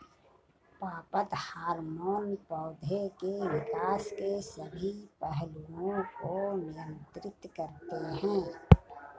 पादप हार्मोन पौधे के विकास के सभी पहलुओं को नियंत्रित करते हैं